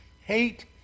hate